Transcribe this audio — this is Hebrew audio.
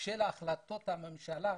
של החלטות הממשלה.